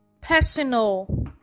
personal